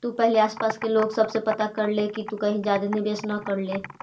तु पहिले आसपास के लोग सब से पता कर ले कि कहीं तु ज्यादे निवेश न कर ले